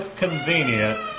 convenient